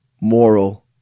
moral